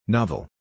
Novel